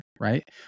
Right